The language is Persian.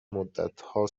مدتها